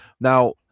Now